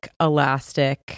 elastic